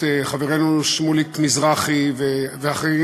את חברנו שמוליק מזרחי ואחרים,